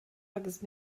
agus